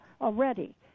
already